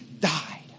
died